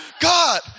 God